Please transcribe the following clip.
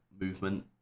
movement